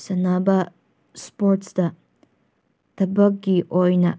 ꯁꯥꯟꯅꯕ ꯏꯁꯄꯣꯔꯠꯁꯇ ꯊꯕꯛꯀꯤ ꯑꯣꯏꯅ